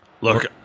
Look